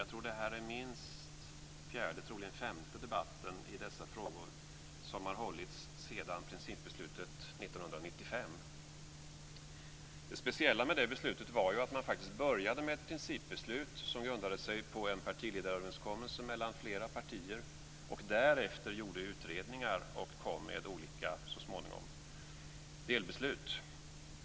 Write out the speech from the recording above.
Jag tror att det här är minst fjärde, troligen femte, debatten i dessa frågor som har hållits sedan principbeslutet 1995. Det speciella med det beslutet var att man började med ett principbeslut, som grundade sig på en partiledaröverenskommelse mellan flera partier. Därefter gjordes utredningar, som så småningom kom med olika delbeslut.